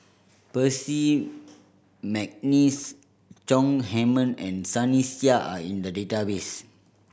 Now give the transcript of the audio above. Percy McNeice Chong Heman and Sunny Sia are in the database